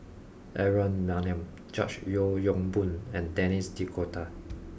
Aaron Maniam George Yeo Yong Boon and Denis D'Cotta